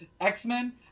X-Men